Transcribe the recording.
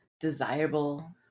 desirable